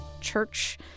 church